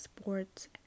sports